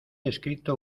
escrito